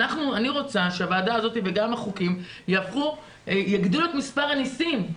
אני רוצה שהוועדה הזאת וגם החוקים יגדילו את מספר הניסים,